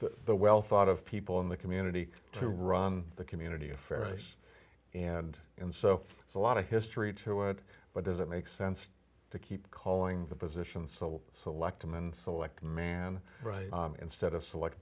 the the well thought of people in the community to run the community affairs and and so it's a lot of history to it but does it make sense to keep calling the position so select and select man right instead of select